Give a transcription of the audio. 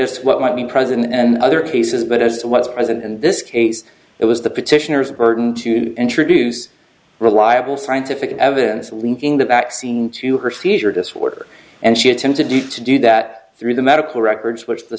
to what might be president and other cases but as to what is present in this case it was the petitioners burden to introduce reliable scientific evidence linking the vaccine to her seizure disorder and she attempted to do that through the medical records which the